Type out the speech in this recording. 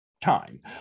time